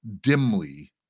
dimly